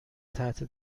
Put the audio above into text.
تحت